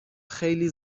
خیلی